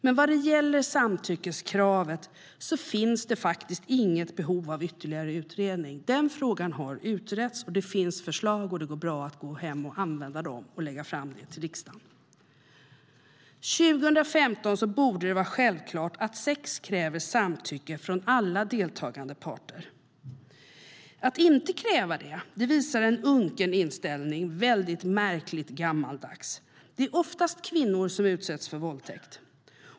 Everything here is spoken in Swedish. Men när det gäller samtyckeskravet finns det inget behov av ytterligare utredning. Den frågan har utretts, det finns förslag och det går bra att lägga fram dem för riksdagen. År 2015 borde det vara självklart att sex kräver samtycke av alla deltagande parter. Att inte kräva det visar på en unken inställning, mycket märklig och gammaldags. Det är oftast kvinnor som utsätts för våldtäkt.